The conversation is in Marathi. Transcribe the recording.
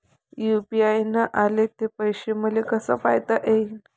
यू.पी.आय न आले ते पैसे मले कसे पायता येईन?